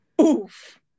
Oof